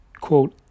quote